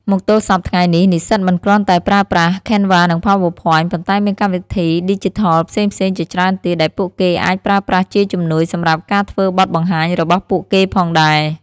មកទល់សព្វថ្ងៃនេះ និស្សិតមិនគ្រាន់តែប្រើប្រាស់ Canva និង PowerPoint ប៉ុន្តែមានកម្មវិធីឌីជីថលផ្សេងៗជាច្រើនទៀត ដែលពួកគេអាចប្រើប្រាស់ជាជំនួយសម្រាប់ការធ្វើបទបង្ហាញរបស់ពួកគេផងដែរ។